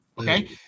Okay